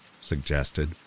suggested